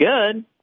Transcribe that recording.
good